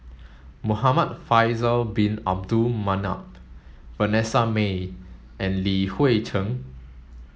Muhamad Faisal bin Abdul Manap Vanessa Mae and Li Hui Cheng